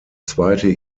zweite